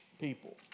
people